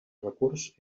recurs